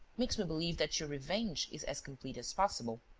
makes me believe that your revenge is as complete as possible.